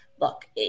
look